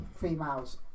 females